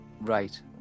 right